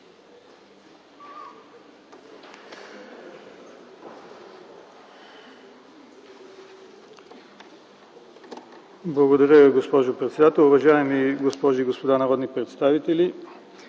Благодаря Ви, госпожо председател. Уважаеми госпожи и господа народни представители,